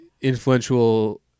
influential